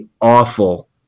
awful